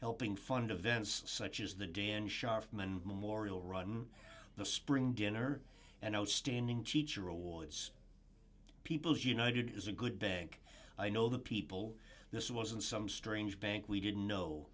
helping fund events such as the dan scharf men memorial run the spring dinner and outstanding teacher awards peoples united is a good bank i know that people this wasn't some strange bank we didn't know